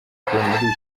muri